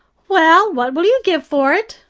well, what will you give for it?